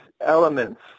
elements